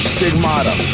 Stigmata